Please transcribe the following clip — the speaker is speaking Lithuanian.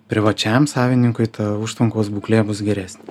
privačiam savininkui ta užtvankos būklė bus geresnė